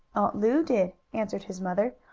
lu did, answered his mother.